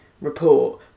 report